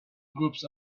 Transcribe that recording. groups